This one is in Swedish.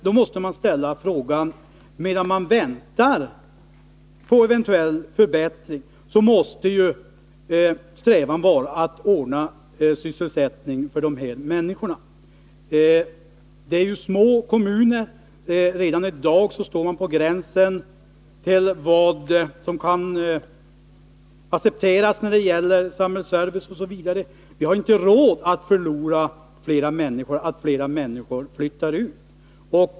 Då blir det ju fråga om att man, medan man väntar på eventuell förbättring, måste sträva efter att ordna sysselsättning för de här människorna. Det rör sig ju om små kommuner, och redan i dag står man på gränsen till vad som kan accepteras när det gäller samhällsservice osv. Vi har inte råd att förlora flera människor genom att de flyttar ut.